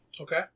Okay